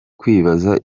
kwibaza